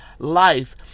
Life